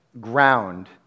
ground